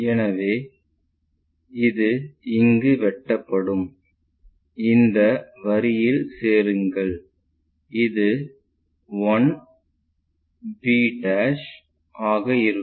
எனவே இது இங்கு வெட்டப்படும் இந்த வரியில் சேருங்கள் இது 1 b ஆக இருக்கும்